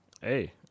Hey